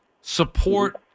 support